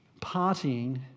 partying